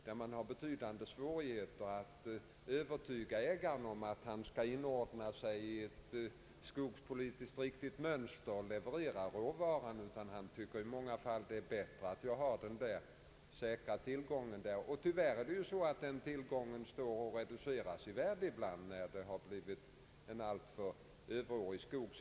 Man kan ha betydande svårigheter att övertyga ägaren om att han skall inordna sig i ett skogspolitiskt riktigt mönster och leverera råvaran. Han tycker i många fall att det är bättre att ha denna säkra tillgång kvar. Tyvärr står den tillgången ibland och reduceras i värde, när skogen har blivit alltför överårig.